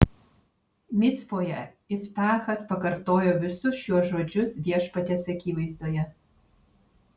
micpoje iftachas pakartojo visus šiuos žodžius viešpaties akivaizdoje